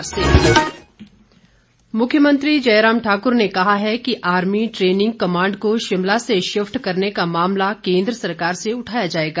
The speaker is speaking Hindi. प्रश्नकाल मुख्यमंत्री जयराम ठाकुर ने कहा है कि आर्मी ट्रेनिंग कमांड को शिमला से शिफ्ट करने का मामला केन्द्र सरकार से उठाया जाएगा